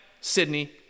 sydney